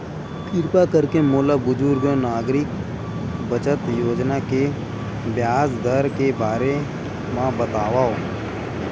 किरपा करके मोला बुजुर्ग नागरिक बचत योजना के ब्याज दर के बारे मा बतावव